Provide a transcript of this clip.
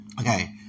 Okay